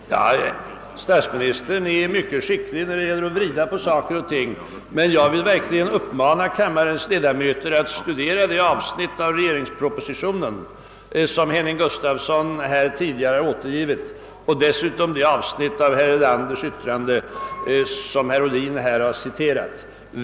Herr talman! Statsministern är mycket skicklig när det gäller att vrida på saker och ting, men jag vill verkligen uppmana kammarens ledamöter att studera det avsnitt av regeringspropositionen som herr Gustafsson i Skellefteå tidigare återgivit och dessutom det avsnitt av herr Erlanders yttrande som herr Ohlin har citerat.